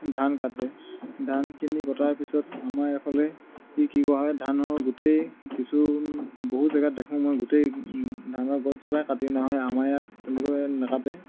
ধান কাটে ধানখিনি কটাৰ পিছত আমাৰ এইফালে কি কৰা হয় ধানৰ গোটেই কিছু বহু জাগাত দেখোঁ মই গোটেই ধানৰ গছজোপাই কাটি অনা হয় আমাৰ ইয়াত তেনেকৈ নাকাটে